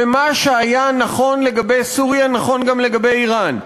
ומה שהיה נכון לגבי סוריה נכון גם לגבי איראן.